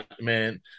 man